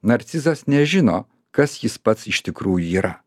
narcizas nežino kas jis pats iš tikrųjų yra